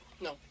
No